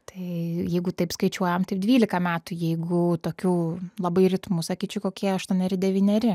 tai jeigu taip skaičiuojam tai dvylika metų jeigu tokiu labai ritmu sakyčiau kokie aštuoneri devyneri